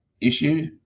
issue